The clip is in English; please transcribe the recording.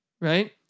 right